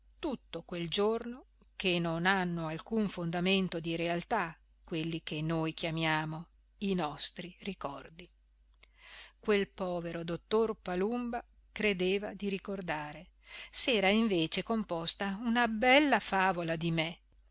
tutto quel giorno che non hanno alcun fondamento di realtà quelli che noi chiamiamo i nostri ricordi quel povero dottor palumba credeva di ricordare s'era invece composta una bella favola di me